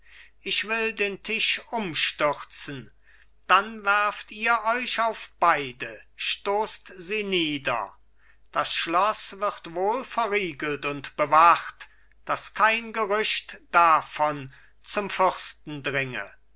ich will den tisch umstürzen dann werft ihr euch auf beide stoßt sie nieder das schloß wird wohl verriegelt und bewacht daß kein gerücht davon zum fürsten dringe